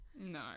No